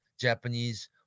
japanese